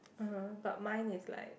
(uh huh) but mine is like